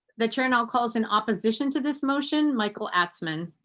the chair now calls in opposition to this motion. michael atman.